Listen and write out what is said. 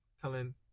telling